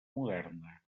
moderna